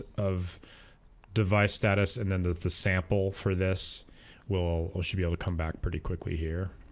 of device status and then the the sample for this we'll we'll should be able to come back pretty quickly here